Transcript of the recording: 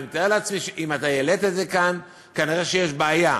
אני מתאר לעצמי שאם העלית את זה כאן כנראה יש בעיה.